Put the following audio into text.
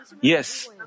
Yes